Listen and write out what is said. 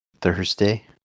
Thursday